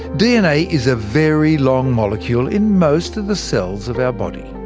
dna is a very long molecule in most of the cells of our body.